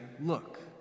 Look